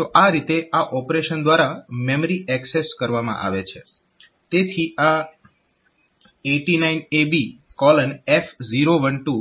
તો આ રીતે આ ઓપરેશન દ્વારા મેમરી એક્સેસ કરવામાં આવે છે તેથી આ 89ABF012